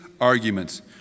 arguments